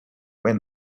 when